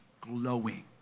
glowing